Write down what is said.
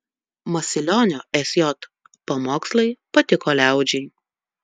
masilionio sj pamokslai patiko liaudžiai